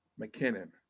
McKinnon